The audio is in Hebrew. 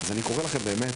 אז אני קורא לכם באמת,